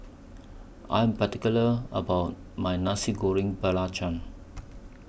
I Am particular about My Nasi Goreng Belacan